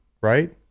right